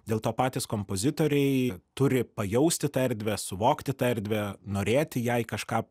dėl to patys kompozitoriai turi pajausti tą erdvę suvokti tą erdvę norėti jai kažką